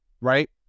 right